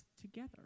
together